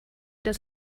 das